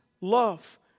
love